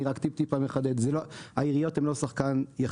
אני רק מחדד טיפה העיריות הן לא שחקן יחיד,